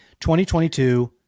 2022